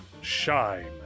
shine